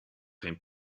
geen